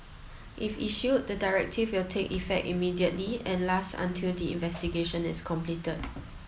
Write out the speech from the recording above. if issued the directive will take effect immediately and last until the investigation is completed